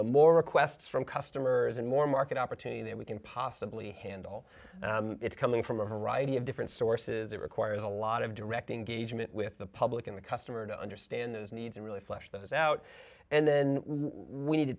know more requests from customers and more market opportunity that we can possibly handle it's coming from a variety of different sources it requires a lot of directing gauging it with the public and the customer to understand those needs and really flesh those out and then we need to